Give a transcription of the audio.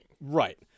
right